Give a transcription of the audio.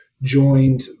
joined